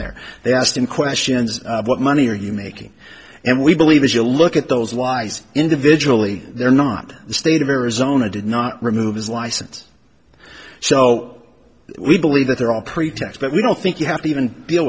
there they asked him questions what money are you making and we believe if you look at those lies individually they're not the state of arizona did not remove his license so we believe that they're all pretext but we don't think you have to even deal